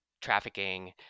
Trafficking